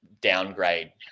downgrade